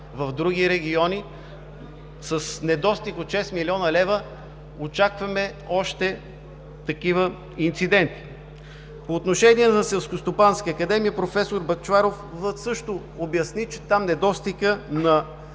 в други региони. С недостиг от 6 млн. лв. очакваме още такива инциденти. По отношение за Селскостопанска академия професор Бъчварова също обясни, че там недостигът на